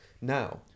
now